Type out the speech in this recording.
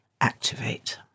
Activate